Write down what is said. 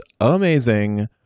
amazing